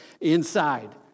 inside